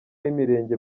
b’imirenge